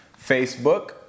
facebook